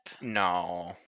No